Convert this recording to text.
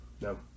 No